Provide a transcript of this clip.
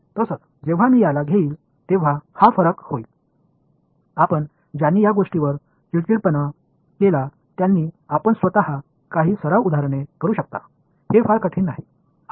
तसच जेव्हा मी याला घेईन तेव्हा हा फरक होईल आपण ज्यांनी या गोष्टीवर चिडचिडेपणा केला त्यांनी आपण स्वतः काही सराव उदाहरणे करू शकता हे फार कठीण नाही